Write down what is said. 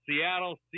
Seattle